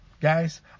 Guys